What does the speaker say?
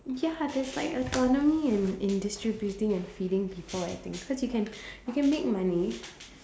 ya there's like autonomy in in distributing and feeding people I think cause you can you can make money